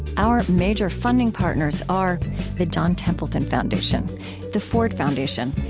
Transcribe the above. our major funding partners are the john templeton foundation the ford foundation,